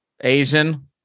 Asian